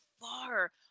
far